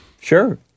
sure